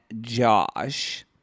Josh